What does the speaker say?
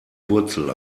wurzel